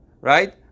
right